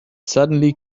suddenly